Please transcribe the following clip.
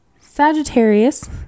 Sagittarius